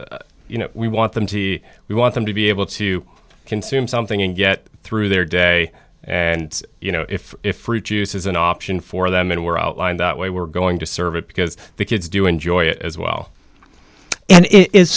than you know we want them to be we want them to be able to consume something and get through their day and you know if fruit juice is an option for them and we're outlined that way we're going to serve it because the kids do enjoy it as well and it i